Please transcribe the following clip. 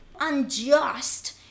unjust